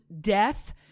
death